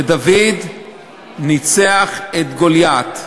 ודוד ניצח את גוליית.